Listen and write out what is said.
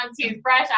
toothbrush